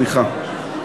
אפיק, סליחה.